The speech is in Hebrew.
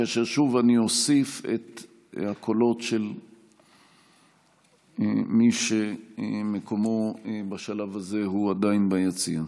כאשר שוב אני אוסיף את הקולות של מי שמקומו בשלב הזה הוא עדיין ביציע.